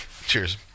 cheers